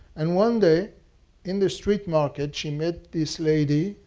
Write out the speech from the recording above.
and one day in the street market she met this lady.